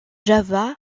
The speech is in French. java